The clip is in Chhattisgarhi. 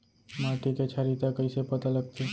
माटी के क्षारीयता कइसे पता लगथे?